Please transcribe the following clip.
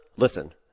Listen